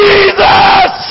Jesus